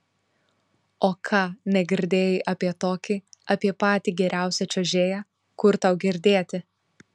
o ką negirdėjai apie tokį apie patį geriausią čiuožėją kur tau girdėti